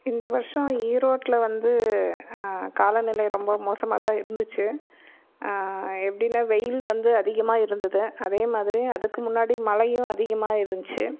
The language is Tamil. இந்த வருஷம் ஈரோட்டில் வந்து காலநிலை வந்து ரொம்ப மோசமாக தான் இருந்துச்சு எப்படின்னா வெயில் வந்து அதிகமாக இருந்தது அதேமாதிரி அதுக்கு முன்னாடி மழையும் அதிகமாக இருந்துச்சு